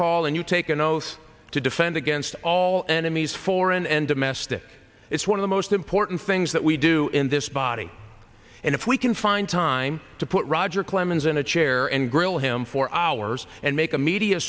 tall and you take an oath to defend against all enemies foreign and domestic it's one of the most important things that we do in this body and if we can find time to put roger clemens in a chair and grill him for hours and make a media